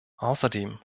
außerdem